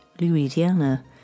Louisiana